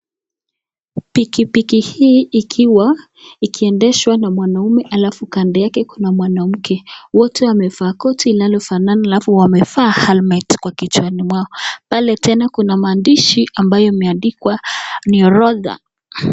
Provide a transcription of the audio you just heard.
Pikipiki hii ikiwa ikiendeshwa na mwanaume alafu kando yake kuna mwanamke, wote wamevaa koti linalofanana alafu wamevaa helmet kwa kichwani mwao. Pale tena kuna maandishi ambayo imeandikwa ni orodha.